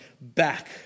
back